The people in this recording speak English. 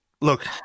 look